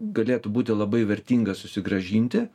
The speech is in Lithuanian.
galėtų būti labai vertingas susigrąžinti